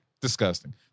Disgusting